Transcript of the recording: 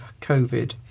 Covid